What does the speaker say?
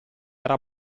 era